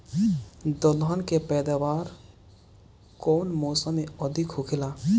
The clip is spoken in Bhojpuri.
दलहन के पैदावार कउन मौसम में अधिक होखेला?